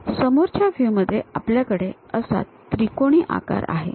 समोरच्या व्ह्यू मध्ये आपल्याकडे असा त्रिकोणी आकार आहे